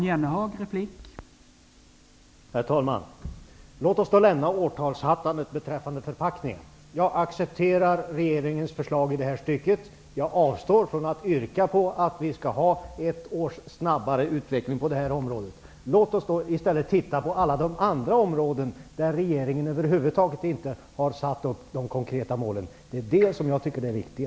Herr talman! Låt oss då lämna årtalshattandet beträffande förpackningar! Jag accepterar regeringens förslag i detta stycke och avstår från att yrka på att utvecklingen skall gå ett år snabbare på detta område. Låt oss i stället titta på alla de andra områden där regeringen över huvud taget inte har satt upp några konkreta mål! Det är det jag tycker är det viktiga.